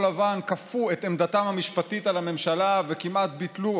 לבן כפו את עמדתם המשפטית על הממשלה וכמעט ביטלו,